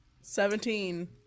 Seventeen